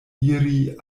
iri